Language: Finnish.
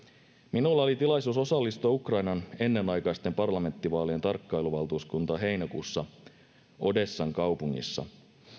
minulla oli tilaisuus osallistua ukrainan ennenaikaisten parlamenttivaalien tarkkailuvaltuuskuntaan heinäkuussa odessan kaupungissa